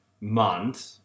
month